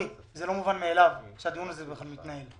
לא מובן מאליו שהדיון הזה בכלל מתנהל.